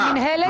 המינהלת?